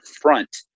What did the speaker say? front